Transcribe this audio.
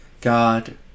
God